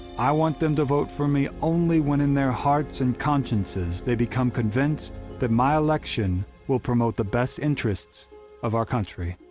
i want them to vote for me only when in their hearts and consciences they become convinced that my election will promote the best interests of our country.